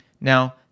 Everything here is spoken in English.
Now